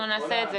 אנחנו נעשה את זה.